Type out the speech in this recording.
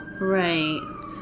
Right